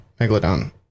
Megalodon